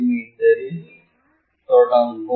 me இல் தொடங்கும்